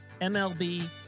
MLB